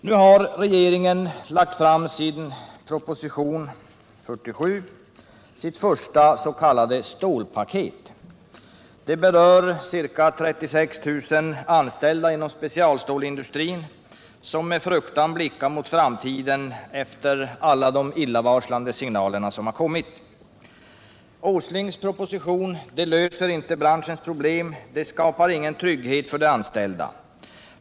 Nu har regeringen lagt fram sin proposition nr 47, sitt första s.k. stålpaket. Det berör ca 36 000 anställda inom specialstålindustrin, som med fruktan blickar mot framtiden efter alla de illavarslande signaler som kommit. Nils Åslings proposition löser inte branschens problem och skapar ingen trygghet för de anställda.